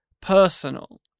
personal